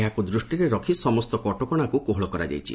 ଏହାକୁ ଦୂଷ୍ଟିରେ ରଖି ସମସ୍ତ କଟକଣାକୁ କୋହଳ କରାଯାଇଛି